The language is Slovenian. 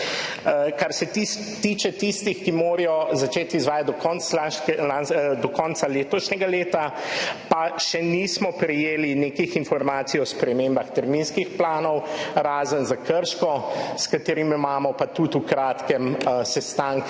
Kar se tiče tistih, ki morajo začeti izvajati do konca letošnjega leta, pa še nismo prejeli nekih informacij o spremembah terminskih planov, razen za Krško, s katerim imamo pa tudi v kratkem sestanek,